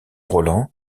roland